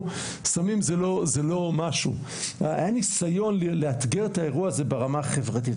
היה ניסיון לאתגר את האירוע הזה ברמה החברתית,